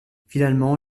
finalement